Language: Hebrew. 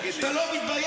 אתה לא מתבייש?